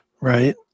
Right